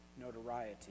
notoriety